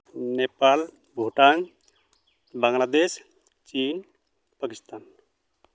ᱱᱮᱯᱟᱞ ᱵᱷᱩᱴᱟᱱ ᱵᱟᱝᱞᱟᱫᱮᱥ ᱪᱤᱱ ᱯᱟᱠᱤᱥᱛᱟᱱ